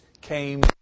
came